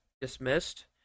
dismissed